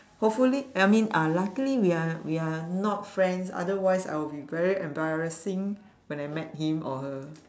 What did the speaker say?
hopefully I mean uh luckily we are we are not friends otherwise I will be very embarrassing when I met him or her